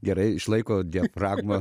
gerai išlaiko diafragmą